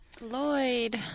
lloyd